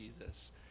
Jesus